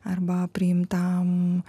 arba priimtam